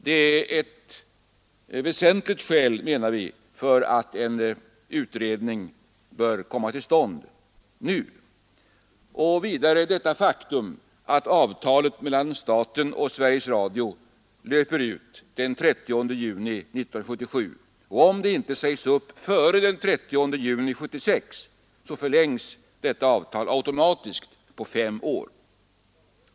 Det är ett väsentligt skäl, menar vi, för att en utredning bör komma till stånd nu. Ett annat skäl är det faktum att avtalet mellan staten och Sveriges Radio löper ut den 30 juni 1977, och om avtalet inte sägs upp före den 30 juni 1976, så förlängs det automatiskt på fem år.